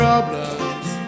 Problems